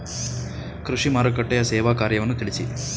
ಕೃಷಿ ಮಾರುಕಟ್ಟೆಯ ಸೇವಾ ಕಾರ್ಯವನ್ನು ತಿಳಿಸಿ?